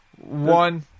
One